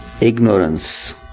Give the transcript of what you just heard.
ignorance